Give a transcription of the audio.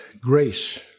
grace